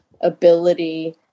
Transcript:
ability